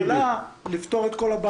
זה יכול לתת זמן לממשלה לפתור את כל הבעיות.